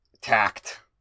tact